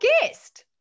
guest